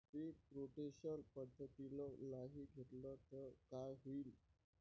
पीक rotation पद्धतीनं नाही घेतलं तर काय होईन?